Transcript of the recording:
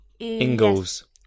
Ingalls